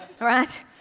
right